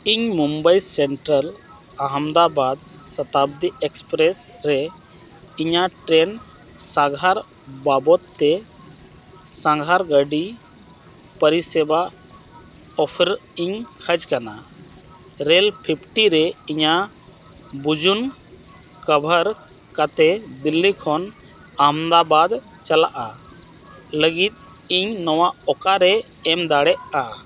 ᱤᱧ Mumbai central Ahmedabad Shatabdi express ᱨᱮ ᱤᱧᱟᱹᱜ ᱴᱨᱮᱹᱱ ᱥᱟᱸᱜᱷᱟᱨ ᱵᱟᱵᱚᱫᱽ ᱛᱮ ᱥᱟᱸᱜᱷᱟᱨ ᱜᱟᱹᱰᱤ ᱯᱚᱨᱤᱥᱮᱵᱟ ᱚᱯᱷᱟᱨᱤᱧ ᱠᱷᱚᱡᱽ ᱠᱟᱱᱟ ᱨᱮᱹᱞ ᱯᱷᱤᱯᱴᱤ ᱨᱮ ᱤᱧᱟᱹᱜ ᱵᱩᱡᱩᱱ ᱠᱟᱵᱷᱟᱨ ᱠᱟᱛᱮᱫ ᱫᱤᱞᱞᱤ ᱠᱷᱚᱱ ᱟᱢᱮᱫᱟᱵᱟᱫᱽ ᱪᱟᱞᱟᱜᱼᱟ ᱞᱟᱹᱜᱤᱫ ᱤᱧ ᱱᱚᱣᱟ ᱚᱠᱟᱨᱮ ᱮᱢ ᱫᱟᱲᱮᱜᱼᱟ